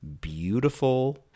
beautiful